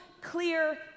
clear